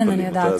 כן, אני יודעת.